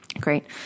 Great